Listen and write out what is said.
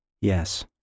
Yes